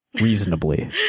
reasonably